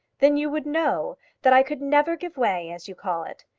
then you would know that i could never give way, as you call it,